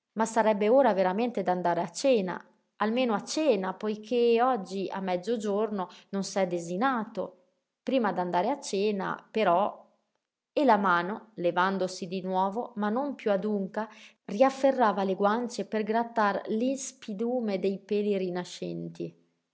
ma sarebbe ora veramente d'andare a cena almeno a cena poiché oggi a mezzogiorno non s'è desinato prima d'andare a cena però e la mano levandosi di nuovo ma non piú adunca riafferrava le guance per grattar l'ispidume dei peli rinascenti